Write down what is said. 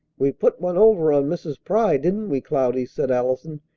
we put one over on mrs. pry, didn't we, cloudy? said allison,